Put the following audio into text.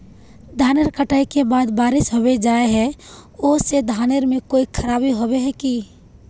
धानेर कटाई के बाद बारिश होबे जाए है ओ से धानेर में कोई खराबी होबे है की?